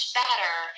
better